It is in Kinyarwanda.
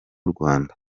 rwanda